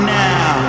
now